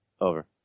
Over